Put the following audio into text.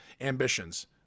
ambitions